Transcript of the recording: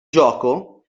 gioco